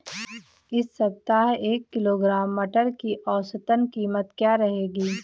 इस सप्ताह एक किलोग्राम मटर की औसतन कीमत क्या रहेगी?